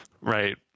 Right